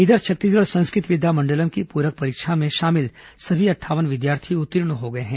इधर छत्तीसगढ़ संस्कृत विद्या मंडलम की पूरक परीक्षा में शामिल सभी अंठावन विद्यार्थी उत्तीर्ण हो गए हैं